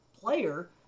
player